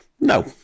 No